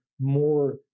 more